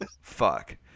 fuck